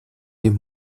dem